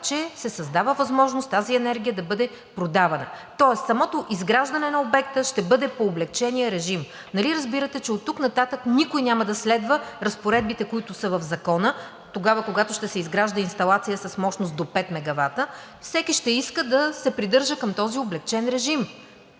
че се създава възможност тази енергия да бъде продавана, тоест самото изграждане на обекта ще бъде по облекчения режим. Нали разбирате, че оттук нататък никой няма да следва разпоредбите, които са в Закона тогава, когато ще се изгражда инсталация с мощност до 5 мегавата. Всеки ще иска да се придържа към този облекчен режим